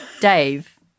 Dave